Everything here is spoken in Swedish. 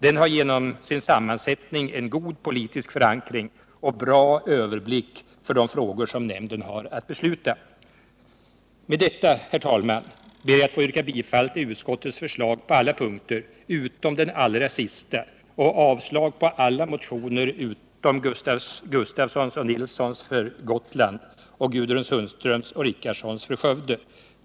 Den har genom sin sammansättning en god politisk förankring och bra överblick över de frågor som nämnden har att besluta i Med detta, herr talman, ber jag att få yrka bifall till utskottets förslag på alla punkter utom den allra sista och avslag på alla motioner utom Torsten Gustafssons och Per-Axel Nilssons för Gotland och Gudrun Sundströms och Gunnar Richardsons för Skövde.